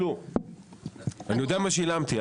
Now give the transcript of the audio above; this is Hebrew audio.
אני יודע מה שילמתי,